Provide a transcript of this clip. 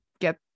get